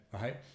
right